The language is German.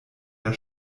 der